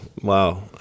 Wow